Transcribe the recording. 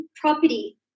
property